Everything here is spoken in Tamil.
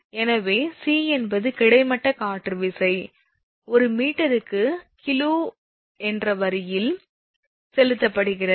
எனவே c என்பது கிடைமட்ட காற்று விசை ஒரு மீட்டருக்கு கிலோ என்ற வரியில் செலுத்தப்படுகிறது